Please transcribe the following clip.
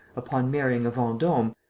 upon marrying a vendome,